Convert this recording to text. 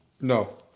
No